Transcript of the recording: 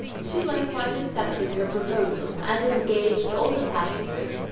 she likewise accepted her proposal, and engaged all the passengers,